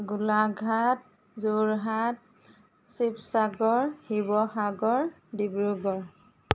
Golaghat Jorhat Sivasagar Sivasagar Dibrugarh